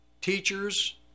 teachers